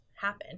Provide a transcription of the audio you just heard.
happen